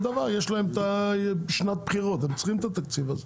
יש להם שנת בחירות, הם צריכים את התקציב הזה.